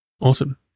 Awesome